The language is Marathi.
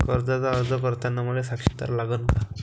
कर्जाचा अर्ज करताना मले साक्षीदार लागन का?